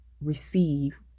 receive